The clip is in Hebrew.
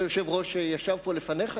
והיושב-ראש שישב פה לפניך,